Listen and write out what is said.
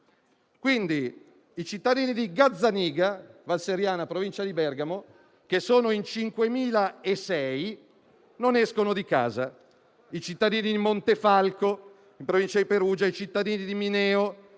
Quindi i cittadini di Gazzaniga, in Val Seriana, in provincia di Bergamo, che sono in 5.006, non escono di casa; ugualmente quelli di Montefalco, in provincia di Perugia, quelli di Mineo,